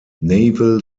naval